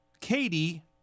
Katie